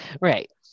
Right